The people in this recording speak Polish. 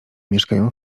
mieszkają